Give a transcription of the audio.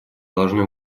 должны